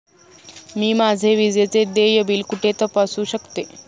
मी माझे विजेचे देय बिल कुठे तपासू शकते?